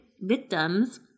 victims